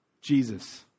Jesus